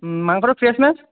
মাংসটো ফ্ৰেছ নে